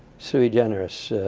sui generis,